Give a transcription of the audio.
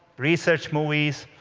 research movies,